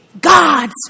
God's